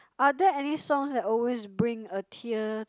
are there any songs that always bring a tear